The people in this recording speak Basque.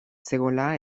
zegoela